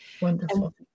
Wonderful